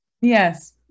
Yes